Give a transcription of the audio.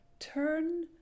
turn